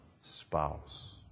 spouse